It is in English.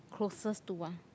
closest to one